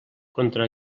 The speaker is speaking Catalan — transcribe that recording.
contra